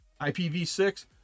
IPv6